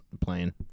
playing